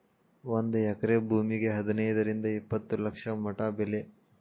ಒಂದ ಎಕರೆ ಭೂಮಿಗೆ ಹದನೈದರಿಂದ ಇಪ್ಪತ್ತ ಲಕ್ಷ ಮಟಾ ಬೆಲೆ